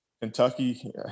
Kentucky